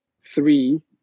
three